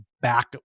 back